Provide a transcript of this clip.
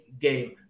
game